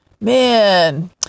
Man